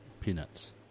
Peanuts